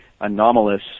anomalous